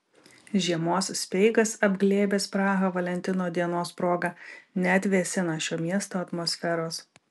žiemos speigas apglėbęs prahą valentino dienos proga neatvėsina šio miesto atmosferos